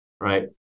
right